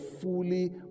fully